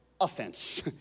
offense